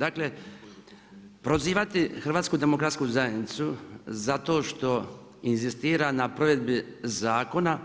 Dakle, prozivati HDZ za to što inzistira na provedbi zakona